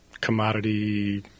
commodity